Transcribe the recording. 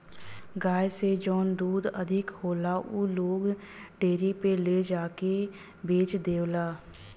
गाय से जौन दूध अधिक होला उ लोग डेयरी पे ले जाके के बेच देवला